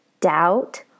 Doubt